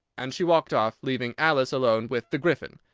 and she walked off, leaving alice alone with the gryphon.